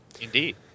indeed